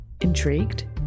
Intrigued